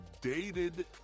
dated